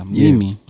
mimi